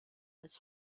als